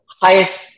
highest